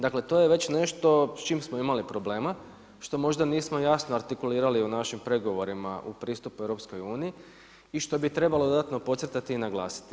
Dakle to je već nešto s čim smo imali problema, što možda nismo jasno artikulirali u našim pregovorima u pristup EU-u, i što bi trebalo dodatno podcrtati i naglasiti.